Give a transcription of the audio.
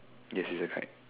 yes it's a kite